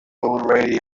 already